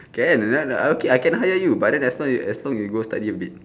can okay I can hire you but then as long you as long you go study a bit